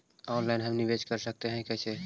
Online हम निवेश कर सकते है, कैसे?